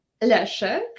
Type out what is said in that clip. Leszek